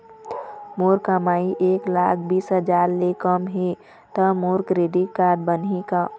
मोर कमाई एक लाख बीस हजार ले कम हे त मोर क्रेडिट कारड बनही का?